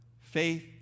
faith